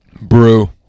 Brew